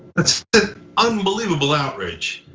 that's unbelievable outrage,